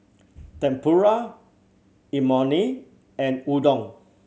Tempura Imoni and Udon